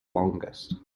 longest